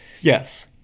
Yes